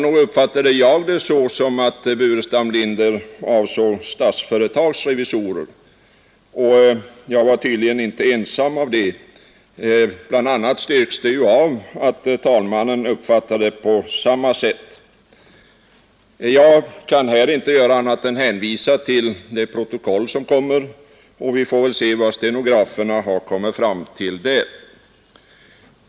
Nog uppfattade jag det som om herr Burenstam Linder avsåg Statsföretags revisorer, och jag var tydligen inte ensam om det. Talmannen uppfattade det ju på samma sätt. Jag kan här inte annat än hänvisa till protokollet. Vi får väl se vad stenograferna har kommit fram till där.